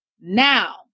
Now